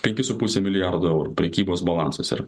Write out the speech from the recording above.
penki su puse milijardo eurų prekybos balansas yra